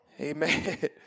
Amen